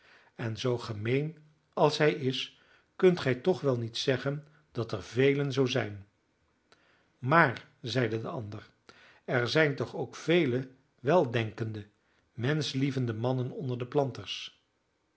en zoo gemeen als hij is kunt gij toch wel niet zeggen dat er velen zoo zijn maar zeide de ander er zijn toch ook vele weldenkende menschlievende mannen onder de planters